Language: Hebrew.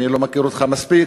אני לא מכיר אותך מספיק,